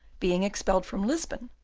being expelled from lisbon,